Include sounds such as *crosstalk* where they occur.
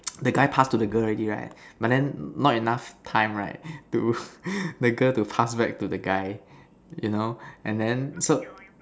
the guy pass to the girl already right but then not enough time right to *breath* the girl to pass back to the guy you know and then so